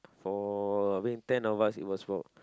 for I think ten of us it was about